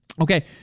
Okay